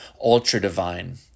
ultra-divine